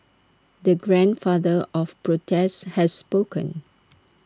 the grandfather of protests has spoken